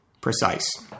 precise